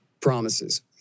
promises